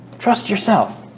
trust yourself,